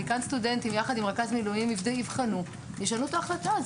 דיקאן הסטודנטים יחד עם רכז מילואים יבחנו וישנו את ההחלטה.